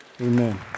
Amen